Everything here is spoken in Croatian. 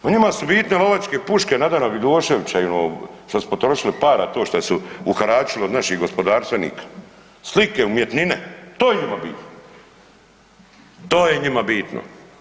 Pa njima su bitne lovačke puške Nadana Vidoševića i ono šta su potrošili para to šta su uharačili od naših gospodarstvenika, slike, umjetnine, to je njima bitno, to je njima bitno.